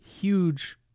huge